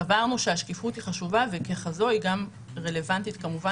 סברנו השקיפות היא חשובה וככזו היא גם רלוונטית כמובן